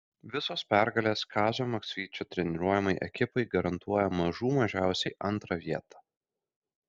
visos pergalės kazio maksvyčio treniruojamai ekipai garantuoja mažų mažiausiai antrą vietą